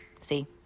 See